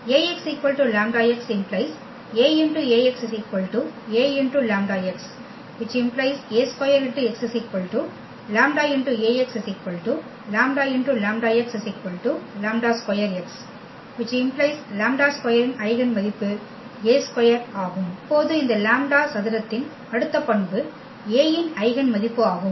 Ax λ x⇒ A Aλx ⇒ A2x λ λλx λ2x ⇒ λ2 இன் eigen மதிப்பு A2 ஆகும் இப்போது இந்த லாம்ப்டா சதுரத்தின் அடுத்த பண்பு A இன் ஐகென் மதிப்பு ஆகும்